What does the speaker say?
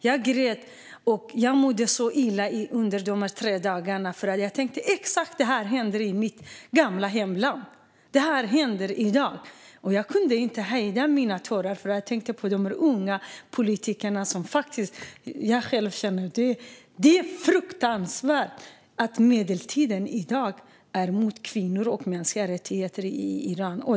Jag grät och mådde så illa under de tre dagar jag var där, för jag tänkte att exakt samma sak händer i mitt gamla hemland i dag. Jag kunde inte hejda mina tårar när jag tänkte på de unga politiker som jag själv känner. Det är fruktansvärt att man i dag är emot kvinnor och mänskliga rättigheter i Iran.